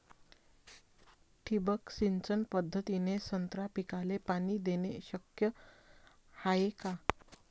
ठिबक सिंचन पद्धतीने संत्रा पिकाले पाणी देणे शक्य हाये का?